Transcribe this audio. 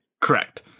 Correct